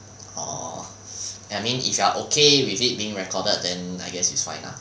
orh eh I mean if you are okay with it being recorded then I guess it's fine lah